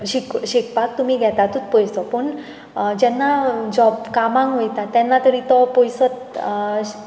शिक शिकपाक तुमी घेतातूच पयसो पूण जेन्ना जॉब कामाक वयता तेन्ना तरी तो पयसो